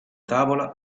tavola